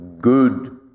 good